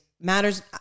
matters